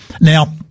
Now